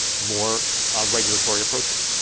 more regulatory approaches.